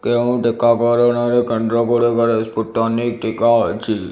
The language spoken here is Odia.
କେଉଁ ଟୀକା କରଣ ରେ ଗୁଡ଼ିକରେ ସ୍ପୁଟନିକ୍ ଟୀକା ଅଛି